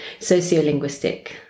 sociolinguistic